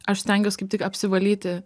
aš stengiuos kaip tik apsivalyti